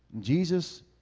Jesus